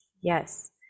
yes